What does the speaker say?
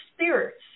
spirits